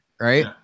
right